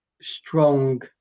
strong